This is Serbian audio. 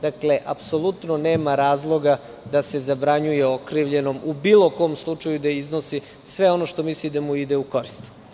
Dakle, apsolutno nema razloga da se zabranjuje okrivljenom, u bilo kom slučaju, da iznosi sve ono što misli da mu ide u korist.